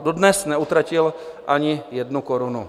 Dodnes neutratil ani jednu korunu.